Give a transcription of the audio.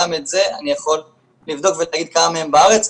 גם את זה אני יכול לבדוק ולהגיד כמה מהם בארץ,